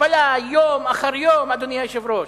השפלה יום אחר יום, אדוני היושב-ראש.